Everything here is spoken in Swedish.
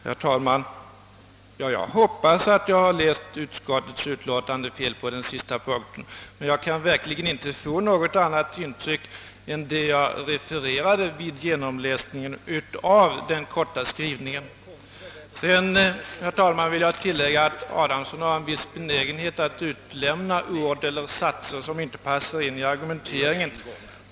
Herr talman! Jag hoppas att jag har läst utskottets utlåtande fel på den sista punkten, men jag kan verkligen vid genomläsning av den korta skrivningen inte få något annat intryck än det jag refererade. Sedan, herr talman, vill jag tillägga att herr Adamsson har en viss benägenhet att utelämna ord eller satser som inte passar in i hans argumentering.